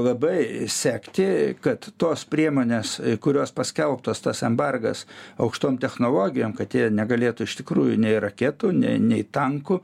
labai sekti kad tos priemonės kurios paskelbtos tas embargas aukštom technologijom kad jie negalėtų iš tikrųjų nei raketų ne nei tankų